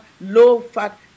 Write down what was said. low-fat